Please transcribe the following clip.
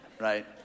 Right